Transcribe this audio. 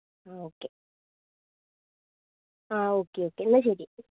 ആ ഓക്കേ ആ okay okay എന്നാൽ ശരി